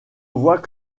vois